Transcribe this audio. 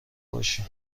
باشین